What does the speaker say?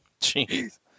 jeez